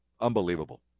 Unbelievable